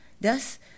Thus